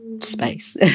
space